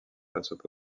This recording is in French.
façade